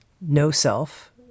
no-self